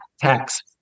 tax